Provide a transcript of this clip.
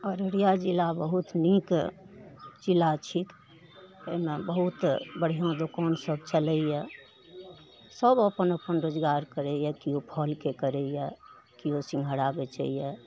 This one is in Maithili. अररिया जिला बहुत नीक जिला छिक एहिमे बहुत बढ़िआँ दोकानसब चलैए सब अपन अपन रोजगार करैए केओ फलके करैए केओ सिँघाड़ा बेचैए